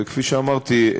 וכפי שאמרתי,